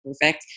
perfect